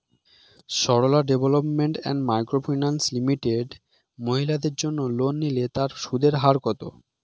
Sarala development and micro finance limited মহিলাদের জন্য loan নিলে তার সুদের হার কত?